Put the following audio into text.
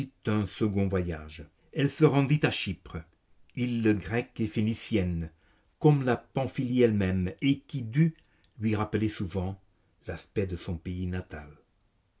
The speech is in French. un second voyage elle se rendit à chypre île grecque et phénicienne comme la pamphylie elle-même et qui dut lui rappeler souvent l'aspect de son pays natal